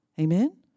Amen